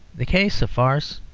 the case of farce,